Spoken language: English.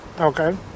okay